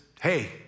hey